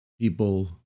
people